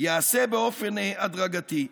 ייעשה באופן הדרגתי.